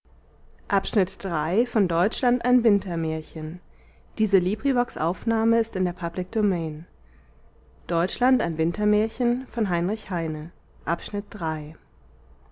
deutschland ein wintermärchen germany a winter